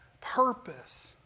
purpose